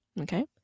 Okay